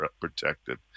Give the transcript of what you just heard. protected